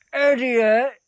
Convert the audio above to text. idiot